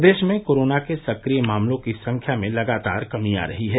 प्रदेश में कोरोना के सक्रिय मामलों की संख्या में लगातार कमी आ रही है